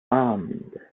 armed